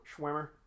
Schwimmer